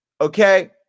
Okay